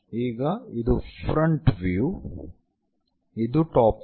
ಈಗ ಇದು front view ಇದು ಟಾಪ್ ವ್ಯೂ